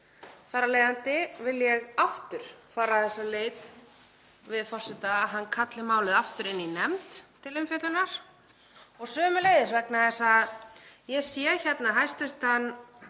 Þar af leiðandi vil ég aftur fara þess á leit við forseta að hann kalli málið aftur inn til nefndar til umfjöllunar. Og sömuleiðis, vegna þess að ég sé hérna hæstv.